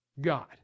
God